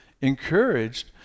encouraged